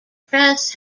press